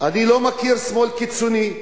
אני לא מכיר שמאל קיצוני.